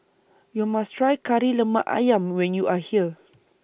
YOU must Try Kari Lemak Ayam when YOU Are here